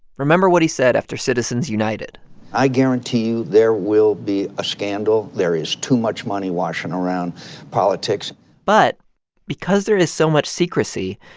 remember what he said after citizens united i guarantee you there will be a scandal. there is too much money washing around politics but because there is so much secrecy,